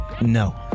No